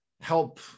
help